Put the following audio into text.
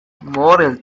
موريل